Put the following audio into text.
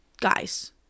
Guys